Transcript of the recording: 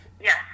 Yes